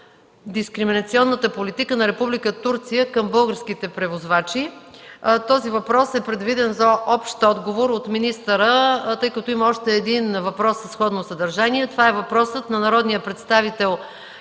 дискриминационната политика на Република Турция към българските превозвачи. Този въпрос е предвиден за общ отговор от министъра, тъй като има още един въпрос със сходно съдържание – от народния представител